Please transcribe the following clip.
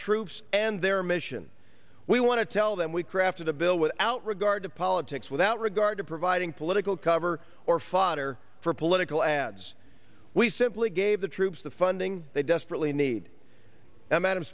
troops and their mission we want to tell them we crafted a bill without regard to politics without regard to providing political cover or fodder for political ads we simply gave the troops the funding they desperately need now madam